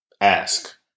ask